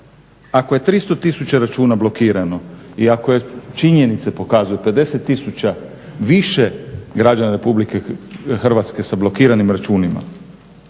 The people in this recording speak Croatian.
Ako je 300 tisuća računa blokirano i ako činjenice pokazuju 50 tisuća više građana RH sa blokiranim računima